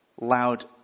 loud